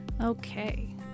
Okay